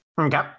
Okay